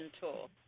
tool